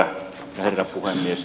herra puhemies